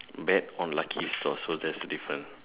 bet on lucky stores so that's a different